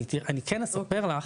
אני כן אספר לך.